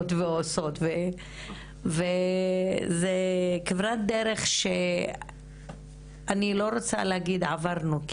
ועושות וזה כברת דרך שאני לא רוצה להגיד עברנו,